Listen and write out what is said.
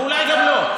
אולי גם לא.